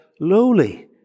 lowly